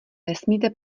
nesmíte